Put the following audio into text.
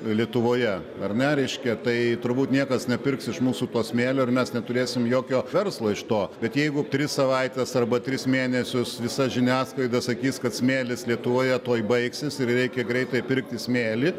lietuvoje ar ne reiškia tai turbūt niekas nepirks iš mūsų to smėlio ir mes neturėsim jokio verslo iš to bet jeigu tris savaites arba tris mėnesius visa žiniasklaida sakys kad smėlis lietuvoje tuoj baigsis ir reikia greitai pirkti smėlį